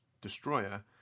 Destroyer